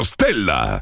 Stella